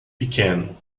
pequeno